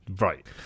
right